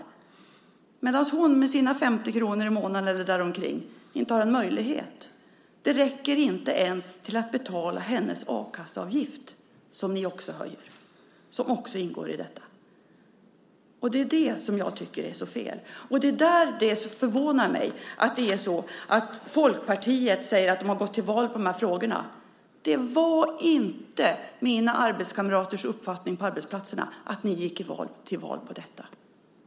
Men min före detta kollega har, med sina 50 kr i månaden, eller däromkring, inte den möjligheten. Det här räcker inte ens till att betala hennes a-kasseavgift, som ni också höjer, som också ingår i detta. Det är det som jag tycker är så fel. Och det förvånar mig att Folkpartiet säger att man har gått till val på de här frågorna. Det var inte mina arbetskamraters uppfattning, på arbetsplatsen, att ni gick till val på detta.